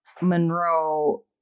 Monroe